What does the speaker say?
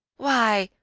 why,